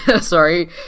sorry